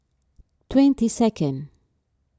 twenty second